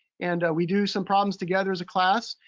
and we do some problems together as a class.